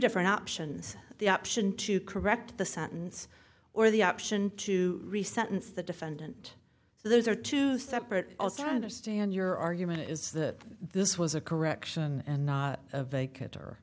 different options the option to correct the sentence or the option to re sentence the defendant so those are two separate also understand your argument is that this was a correction and not of